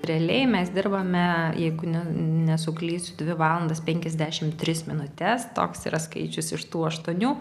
realiai mes dirbame jeigu ne nesuklysiu dvi valandas penkiasdešim tris minutes toks yra skaičius iš tų aštuonių